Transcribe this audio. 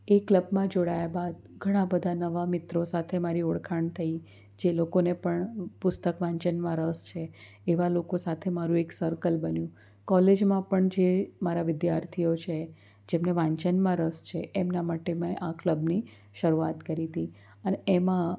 એ ક્લબમાં જોડાયાં બાદ ઘણાં બધાં નવા મિત્રો સાથે મારી ઓળખાણ થઈ જે લોકોને પણ પુસ્તક વાંચનમાં રસ છે એવા લોકો સાથે મારું એક સર્કલ બન્યું કોલેજમાં પણ જે મારા વિદ્યાર્થીઓ છે જેમને વાંચનમાં રસ છે એમના માટે મેં આ કલબની શરૂઆત કરી હતી અને એમાં